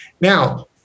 Now